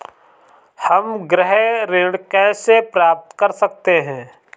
हम गृह ऋण कैसे प्राप्त कर सकते हैं?